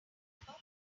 number